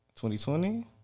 2020